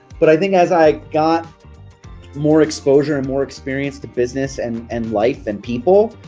but i think as i got more exposure and more experience to business and and life and people